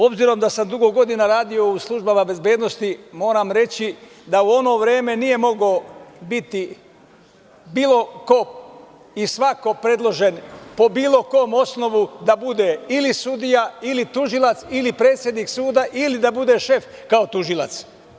Obzirom da sam dugo godina radio u službama bezbednosti moram reći da u ono vreme nije mogao biti bilo ko i svako predložen po bilo kom osnovu da bude ili sudija ili tužilac ili predsednik suda ili da bude šef kao tužilac.